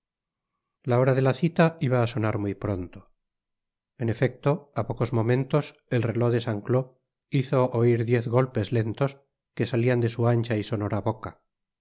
la hora de la cita iba á sonar muy pronto en efecto á pocos momentos el reloj de saint cloud hizo oir diez golpes lentos que salían de su apaha y sonora boca